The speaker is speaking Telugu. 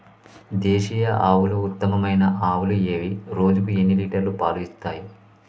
దేశీయ ఆవుల ఉత్తమమైన ఆవులు ఏవి? రోజుకు ఎన్ని లీటర్ల పాలు ఇస్తాయి?